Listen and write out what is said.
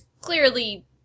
clearly